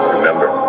Remember